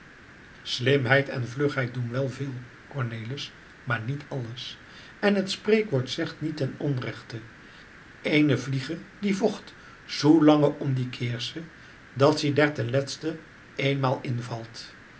slimheid en vlugheid doen wel veel cornelis maar niet alles en het spreekwoord zegt niet ten onrechte een vlieghe die vlocht soe langhe om die keerse datsie daer ten lesten een